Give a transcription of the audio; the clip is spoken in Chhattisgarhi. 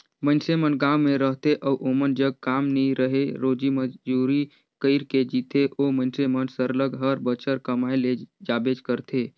मइनसे मन गाँव में रहथें अउ ओमन जग काम नी रहें रोजी मंजूरी कइर के जीथें ओ मइनसे मन सरलग हर बछर कमाए ले जाबेच करथे